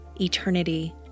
eternity